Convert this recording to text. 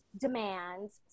Demands